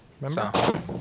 Remember